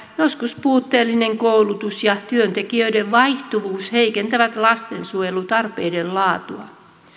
joskus puutteellinen koulutus ja työntekijöiden vaihtuvuus heikentävät lastensuojelupalveluiden laatua